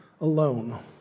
alone